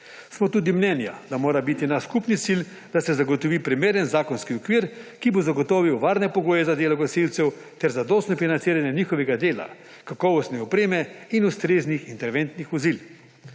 Smo tudi mnenja, da mora biti naš skupni cilj, da se zagotovi primeren zakonski okvir, ki bo zagotovil varne pogoje za delo gasilcev ter zadostno financiranje njihovega dela, kakovostne opreme in ustreznih intervencijskih vozil.